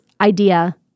idea